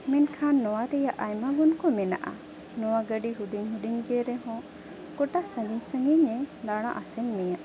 ᱢᱮᱱᱠᱷᱟᱱ ᱱᱚᱣᱟ ᱨᱮᱭᱟᱜ ᱟᱭᱢᱟ ᱜᱩᱱ ᱠᱚ ᱢᱮᱱᱟᱜᱼᱟ ᱱᱚᱣᱟ ᱜᱟᱹᱰᱤ ᱦᱩᱰᱤᱧ ᱦᱩᱰᱤᱧ ᱜᱮ ᱨᱮᱦᱚᱸ ᱜᱚᱴᱟ ᱥᱟᱺᱜᱤᱧ ᱥᱟᱺᱜᱤᱧᱮ ᱫᱟᱬᱟ ᱟᱥᱮᱱ ᱢᱮᱭᱟ